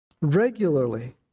regularly